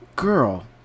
girl